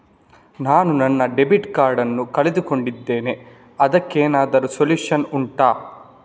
ನಾನು ನನ್ನ debit card ನ್ನು ಕಳ್ಕೊಂಡಿದ್ದೇನೆ ಅದಕ್ಕೇನಾದ್ರೂ ಸೊಲ್ಯೂಷನ್ ಉಂಟಾ